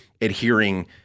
adhering